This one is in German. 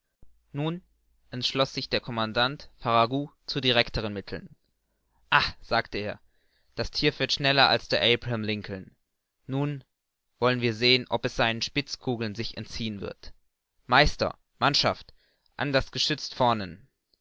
nun entschloß sich der commandant farragut zu directeren mitteln ah sagte er das thier fährt schneller als der abraham lincoln nun wir wollen sehen ob es seinen spitzkugeln sich entziehen wird meister mannschaft an das geschütz vornen